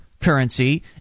currency